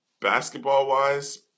Basketball-wise